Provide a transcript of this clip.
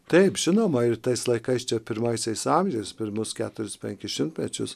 taip žinoma ir tais laikais čia pirmaisiais amžiais pirmus keturis penkis šimtmečius